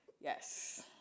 Yes